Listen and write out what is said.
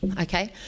Okay